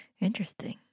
Interesting